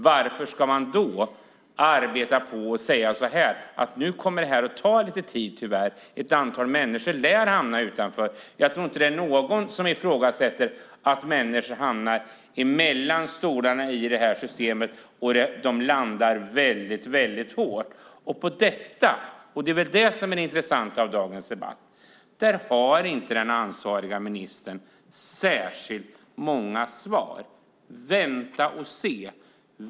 Varför ska man då arbeta på och säga att det tyvärr kommer att ta lite tid och att ett antal människor lär hamna utanför? Jag tror inte att det är någon som ifrågasätter att människor hamnar emellan stolarna i detta system, och de landar väldigt hårt. Det är det som är det intressanta med dagens debatt, och där har inte den ansvariga ministern särskilt många svar. Vänta och se.